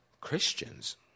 Christians